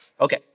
Okay